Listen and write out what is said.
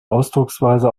ausdrucksweise